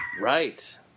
Right